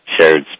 shared